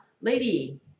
lady